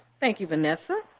thank you, vanessa.